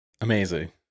Amazing